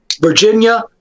Virginia